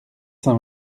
saint